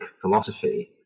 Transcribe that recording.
philosophy